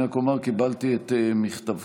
אני רק אומר: קיבלתי את מכתבך,